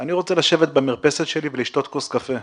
אני רוצה לשתות במרפסת שלי ולשתות כוס קפה.